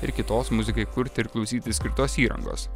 ir kitos muzikai kurti ir klausyti skirtos įrangos